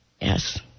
Yes